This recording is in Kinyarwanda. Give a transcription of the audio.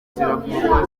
ziravurwa